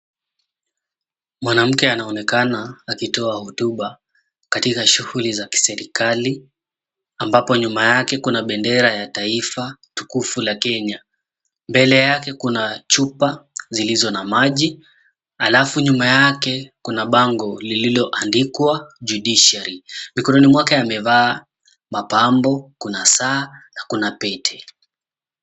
Mwanamke anaonekana akitoa hotuba katika shughuli za kiserikali ambapo nyuma yake kuna bendera ya taifa tukufu la Kenya, mbele yake kuna chupa zilizo na maji alafu nyuma yale kuna bango lililoandikwa, Judiciary. Mikononi mwake amevaa mapambo kuna saa na kuna pete.